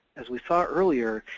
as we saw earlier,